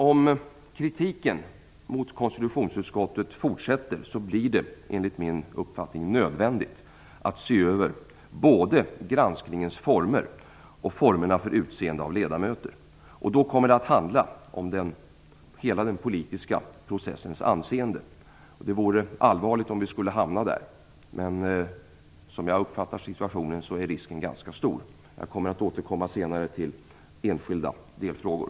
Om kritiken mot konstitutionsutskottet fortsätter blir det enligt min uppfattning nödvändigt att se över både granskningens former och formerna för utseende av ledamöter, och det kommer då att handla om hela den politiska processens anseende. Det vore allvarligt om vi skulle hamna i det läget, men som jag uppfattar situationen är risken för detta ganska stor. Jag kommer senare att återkomma till enskilda delfrågor.